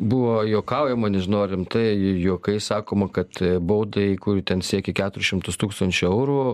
buvo juokaujama nežinau ar rimtai juokais sakoma kad baudai kuri ten siekia keturis šimtus tūkstančių eurų